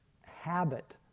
habit